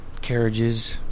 carriages